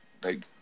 big